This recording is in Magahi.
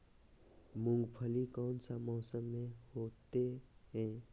मूंगफली कौन सा मौसम में होते हैं?